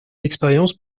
d’expérience